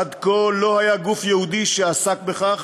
עד כה לא היה גוף ייעודי שעסק בכך,